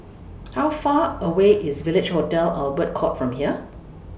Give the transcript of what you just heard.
How Far away IS Village Hotel Albert Court from here